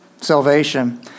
salvation